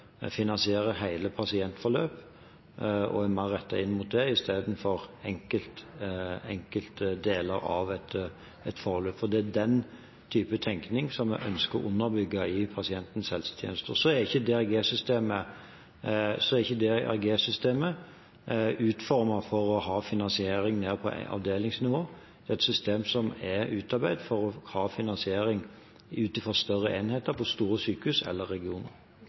finansierer hele pasientforløp, og at en retter det inn mot det i stedet for enkelte deler av et forløp. Det er den type tenkning jeg ønsker å underbygge i pasientens helsetjeneste. DRG-systemet er ikke utformet for å ha finansiering på avdelingsnivå, det er et system som er utarbeidet for å ha finansiering ut fra større enheter på store sykehus eller regioner.